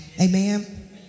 Amen